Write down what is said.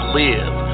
live